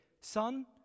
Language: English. Son